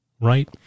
Right